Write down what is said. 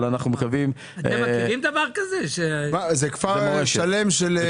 זה כפר שלם?